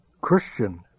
Christian